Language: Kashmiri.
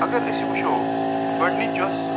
اگر أسۍ وٕچھو گۄڈنِچ یۄس